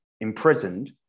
imprisoned